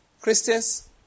Christians